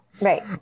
Right